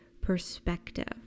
perspective